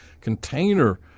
container